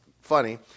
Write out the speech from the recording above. funny